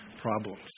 problems